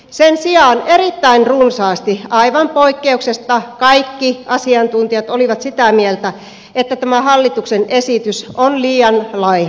sen sijaan erittäin runsaasti aivan poikkeuksetta kaikki asiantuntijat olivat sitä mieltä että tämä hallituksen esitys on liian laiha